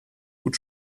gut